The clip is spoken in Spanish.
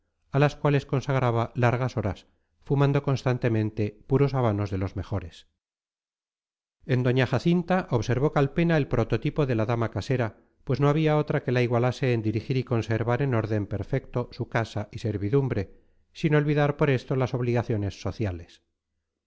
a las cuales consagraba largas horas fumando constantemente puros habanos de los mejores en doña jacinta observó calpena el prototipo de la dama casera pues no había otra que la igualase en dirigir y conservar en orden perfecto su casa y servidumbre sin olvidar por esto las obligaciones sociales